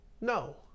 No